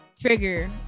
trigger